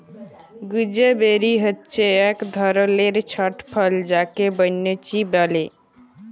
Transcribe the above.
gooseberry হচ্যে এক ধরলের ছট ফল যাকে বৈনচি ব্যলে